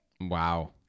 wow